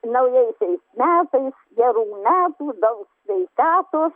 su naujaisiais metais gerų metų daug sveikatos